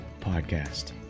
podcast